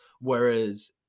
whereas